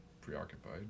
preoccupied